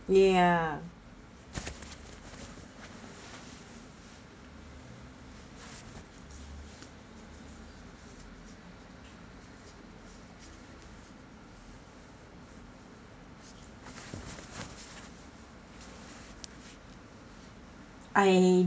ya I